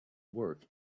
work